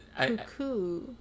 Cuckoo